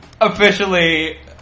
Officially